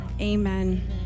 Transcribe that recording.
Amen